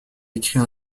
écrit